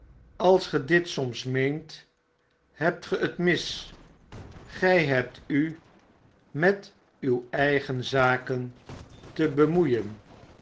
als ge dit soms meent hebt ge het mis gjj hebt u met uw eigen zaken te bemoeien